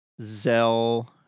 Zell